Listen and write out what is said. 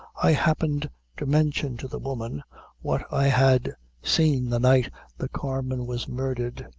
i happened to mention to the woman what i had seen the night the carman was murdhered,